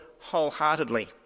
wholeheartedly